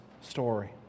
story